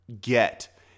get